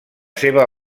seva